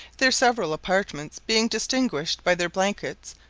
their several apartments being distinguished by their blankets,